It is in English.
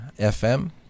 fm